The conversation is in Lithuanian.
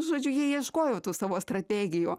žodžiu jie ieškojo tų savo strategijų